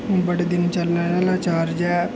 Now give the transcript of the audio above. बड़े दिन चलने आह्ला चार्ज ऐ